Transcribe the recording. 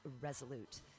Resolute